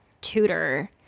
tutor